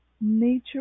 nature